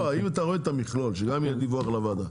אם אתה רואה את המכלול שגם יהיה דיווח לוועדה,